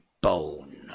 bone